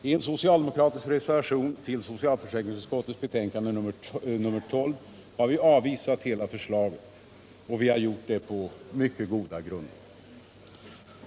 I en socialdemokratisk reservation till socialförsäkringsutskottets betänkande nr 12 har vi avvisat hela förslaget, och vi har gjort det på mycket goda grunder.